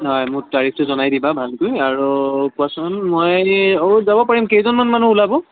হয় মোক তাৰিখটো জনাই দিবা ভালকৈ আৰু কোৱাচোন মই অঁ যাব পাৰিম কেইজনমান মানুহ ওলাব